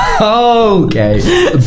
Okay